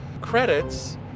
credits